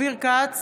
אופיר כץ,